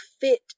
fit